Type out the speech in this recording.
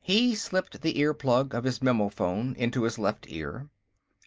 he slipped the earplug of his memophone into his left ear